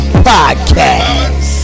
podcast